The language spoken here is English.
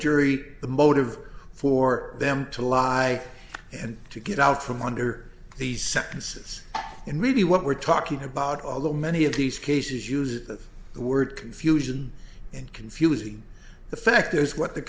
jury the motive for them to lie and to get out from under these sentences and media what we're talking about although many of these cases use of the word confusion and confusing the fact is what the